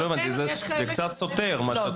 לא הבנתי, זה קצת סותר מה שאת אומרת.